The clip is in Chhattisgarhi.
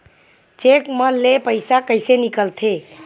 चेक म ले पईसा कइसे निकलथे?